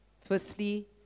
Firstly